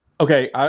okay